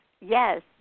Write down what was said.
yes